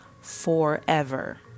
FOREVER